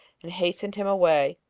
and hastened him away.